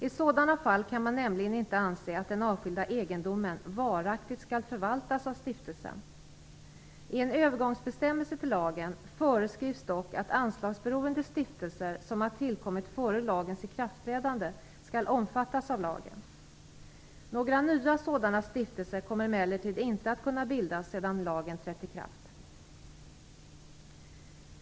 I sådana fall kan man nämligen inte anse att den avskilda egendomen varaktigt skall förvaltas av stiftelsen. I en övergångsbestämmelse till lagen föreskrivs dock att anslagsberoende stiftelser som har tillkommit före lagens ikraftträdande skall omfattas av lagen. Några nya sådana stiftelser kommer emellertid inte att kunna bildas sedan lagen trätt i kraft.